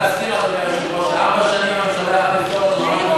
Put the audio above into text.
רק להזכיר שארבע שנים הממשלה הייתה